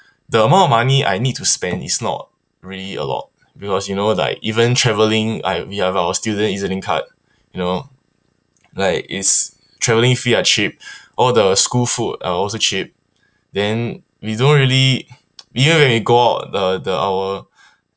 the amount of money I need to spend is not really a lot because you know like even travelling like we have our student E_Z link card you know like it's travelling fee are cheap all the school food are also cheap then we don't really even when we go out the the our